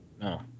No